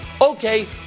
Okay